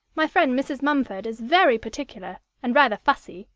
my friend mrs. mumford is very particular, and rather fussy,